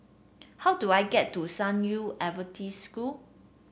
how do I get to San Yu Adventist School